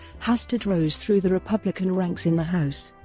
hastert rose through the republican ranks in the house,